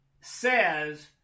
says